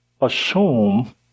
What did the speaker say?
assume